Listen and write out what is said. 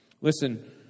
Listen